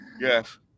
Yes